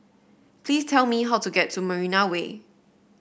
please tell me how to get to Marina Way